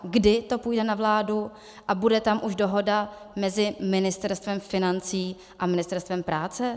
Kdy to půjde na vládu a bude tam už dohoda mezi Ministerstvem financí a Ministerstvem práce?